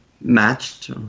matched